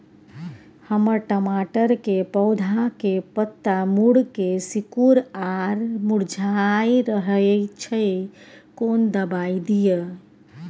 हमर टमाटर के पौधा के पत्ता मुड़के सिकुर आर मुरझाय रहै छै, कोन दबाय दिये?